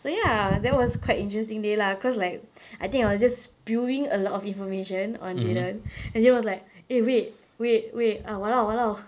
so ya that was quite interesting day lah because like I think I was just spewing a lot of information on jaden and jaden was like eh wait wait wait ah !walao! !walao!